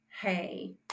hey